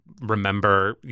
remember